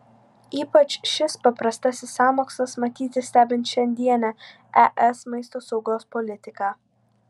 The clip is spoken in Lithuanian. ypač šis paprastasis sąmokslas matyti stebint šiandienę es maisto saugos politiką